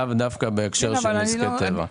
לאו דווקא בהקשר של נזקי טבע.